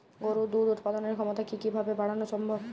গরুর দুধ উৎপাদনের ক্ষমতা কি কি ভাবে বাড়ানো সম্ভব?